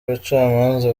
abacamanza